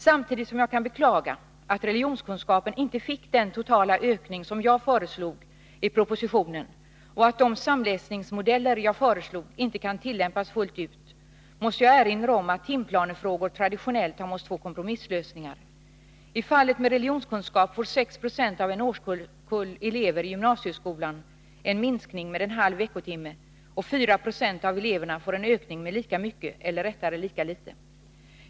Samtidigt som jag kan beklaga att religionskunskapen inte fick den totala ökning av timtalet som jag föreslog i propositionen och att de samläsningsmodeller jag föreslog inte kan tillämpas fullt ut, måste jag erinra om att timplanefrågor traditionellt har måst få kompromisslösningar. I fallet med religionskunskap får 6 20 av en årskull elever i gymnasieskolan en minskning med en halv veckotimme, och 4 96 av eleverna får en ökning med lika mycket, eller rättare lika litet.